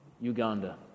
Uganda